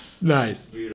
Nice